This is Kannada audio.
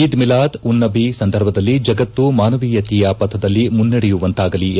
ಈದ್ ಮಿಲಾದ್ ಉನ್ ನಬಿ ಸಂದರ್ಭದಲ್ಲಿ ಜಗತ್ತು ಮಾನವೀಯತೆಯ ಪಥದಲ್ಲಿ ಮುನ್ನಡೆಯುವಂತಾಗಲಿ